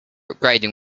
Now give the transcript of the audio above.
upgrading